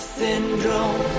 syndrome